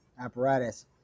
apparatus